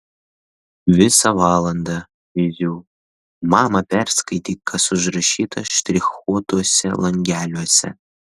visą valandą zyziu mama perskaityk kas užrašyta štrichuotuose langeliuose